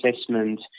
assessment